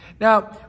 Now